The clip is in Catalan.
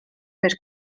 més